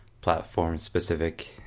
platform-specific